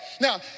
Now